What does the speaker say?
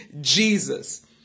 Jesus